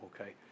okay